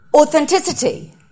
authenticity